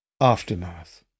Aftermath